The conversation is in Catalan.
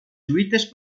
lluites